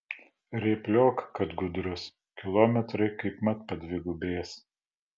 rėpliok kad gudrus kilometrai kaip mat padvigubės